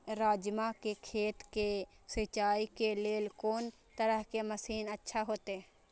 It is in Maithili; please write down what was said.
राजमा के खेत के सिंचाई के लेल कोन तरह के मशीन अच्छा होते?